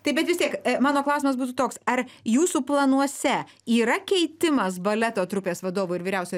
taip bet vis tiek mano klausimas būtų toks ar jūsų planuose yra keitimas baleto trupės vadovo ir vyriausio